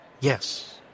Yes